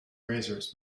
razors